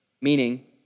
Meaning